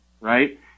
right